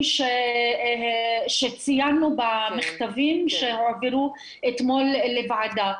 שציינו במכתבים שהועברו אתמול לוועדה.